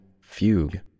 fugue